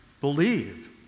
believe